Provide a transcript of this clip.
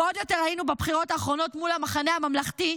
ועוד יותר ראינו בבחירות האחרונות מול המחנה הממלכתי.